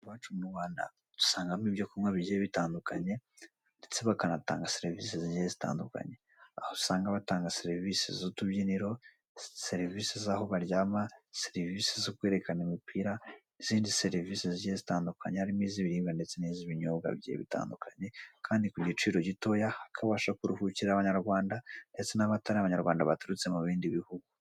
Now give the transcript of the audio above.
I wacu mu Rwanda, dusangamo ibyo kunywa bigiye bitandukanye, ndetse bakanagatanga serivisi zitandukanye. Aho usanga batanga serivisi z'utubyiniro, serivisi z'aho baryama, serivisi zo kwerekana imipira n'izindi serivisi zigiye zitandukanye harimo iz'ibiribwa ndetse n'iz' ibinyobwa bigiye bitandukanye kandi ku giciro gitoya. Habasha kuruhukira abanyarwanda ndetse n'abatari abanyarwanda baturutse mu bindi bihugu bitandukanye